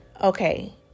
okay